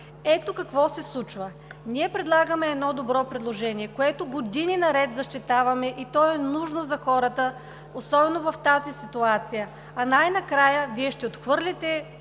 Ето какво се случва? Ние правим едно добро предложение, което години наред защитаваме, и то е нужно за хората, особено в тази ситуация, а най-накрая Вие ще отхвърлите,